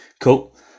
Cool